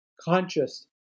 conscious